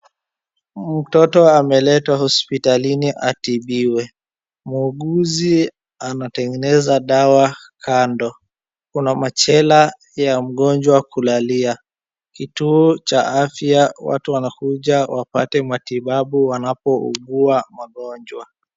Mtoto ameletwa hospitalini atibiwe, muuguzi anatengeneza dawa kando, kuna machela ya mgonjwa kulalia. Kituo cha afya watu wanakuja wapate matibabu wanapougua magonjwa.